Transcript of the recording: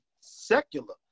secular